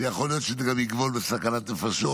יכול להיות שזה גם יגבול בסכנת נפשות